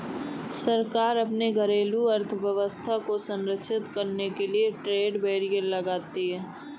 सरकार अपने घरेलू अर्थव्यवस्था को संरक्षित करने के लिए ट्रेड बैरियर लगाती है